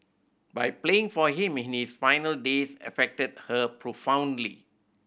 but playing for him in his final days affected her profoundly